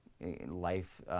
life